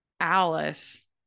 alice